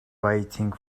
waiting